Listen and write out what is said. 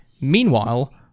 meanwhile